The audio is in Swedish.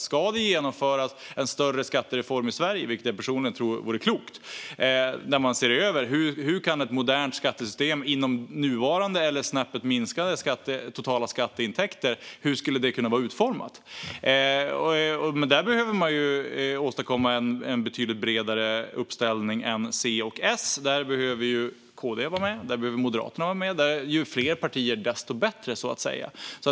Ska det genomföras en större skattereform i Sverige, vilket jag personligen tror vore klokt, där man ser över hur ett modernt skattesystem med nuvarande eller snäppet mindre totala skatteintäkter skulle kunna vara utformat behöver man åstadkomma en betydligt bredare uppställning än C och S. Där behöver KD och M vara med. Ju fler partier, desto bättre så att säga.